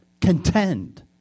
contend